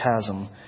chasm